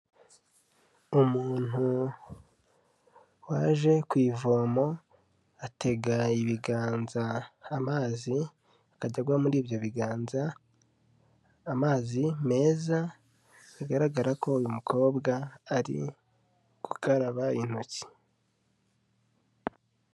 Umuntu waje ku ivomo, atega ibiganza amazi aka atagwa muri ibyo biganza, amazi meza bigaragara ko uyu mukobwa ari gukaraba intoki.